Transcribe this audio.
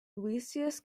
lucius